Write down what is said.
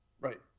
Right